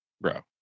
Bro